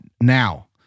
now